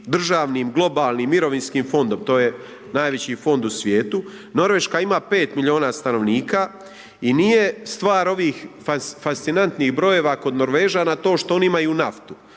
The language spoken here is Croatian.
državnim globalnim mirovinskim fondom, to je najveći fond u svijetu, Norveška ima 5 milijuna stanovnika i nije stvar ovih fascinantnih brojeva kod Norvežana to što oni imaju naftu,